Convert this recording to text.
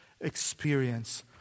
experience